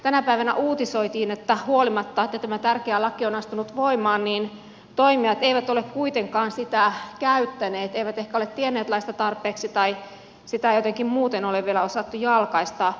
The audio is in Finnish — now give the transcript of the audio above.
tänä päivänä uutisoitiin että huolimatta siitä että tämä tärkeä laki on astunut voimaan toimijat eivät ole kuitenkaan sitä käyttäneet eivät ehkä ole tienneet laista tarpeeksi tai sitä ei jotenkin muuten ole vielä osattu jalkaistaa